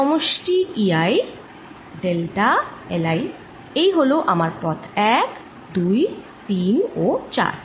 সমষ্টি E i delta l i এই হলো আমার পথ 1 2 3 ও 4